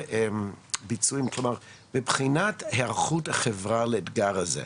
כלומר מבחינת היערכות החברה לאתגר הזה,